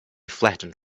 flattened